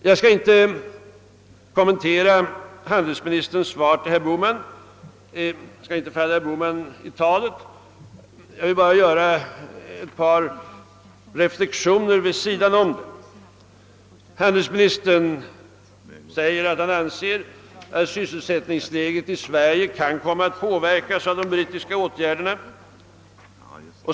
Jag skall inte falla herr Bohman i taet genom att kommentera handelsmi NMisterns svar till honom; jag vill bara Söra ett par reflexioner vid sidan om. Handelsministern säger att han anser att sysselsättningsläget i Sverige kan komma att påverkas av de brittiska åt gärderna.